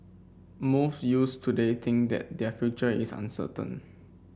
most youths today think that their future is uncertain